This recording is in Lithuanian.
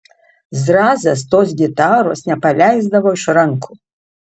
zrazas tos gitaros nepaleisdavo iš rankų